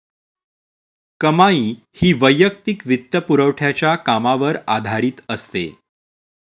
कमाई ही वैयक्तिक वित्तपुरवठ्याच्या कामावर आधारित असते